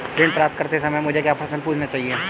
ऋण प्राप्त करते समय मुझे क्या प्रश्न पूछने चाहिए?